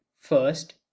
First